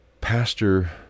pastor